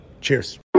Cheers